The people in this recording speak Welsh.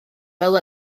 fel